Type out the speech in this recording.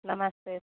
नमस्ते